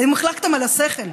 האם החלקתם על השכל?